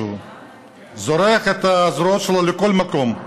זורק את הזרועות שלו לכל מקום,